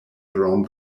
around